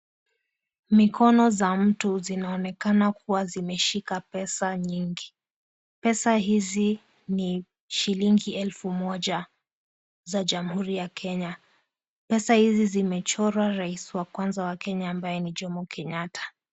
Mikono za mtu zinaonekana kuwa zimeshika pesa nyingi. Pesa hizi ni shilingi elfu moja za Jamhuri ya Kenya. Pesa hizi zimechorwa rais wa kwanza wa Kenya ambaye ni Jomo Kenyatta.